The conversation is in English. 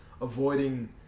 avoiding